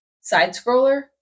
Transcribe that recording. side-scroller